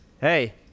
Hey